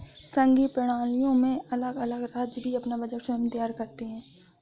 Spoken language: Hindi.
संघीय प्रणालियों में अलग अलग राज्य भी अपना बजट स्वयं तैयार करते हैं